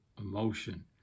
emotion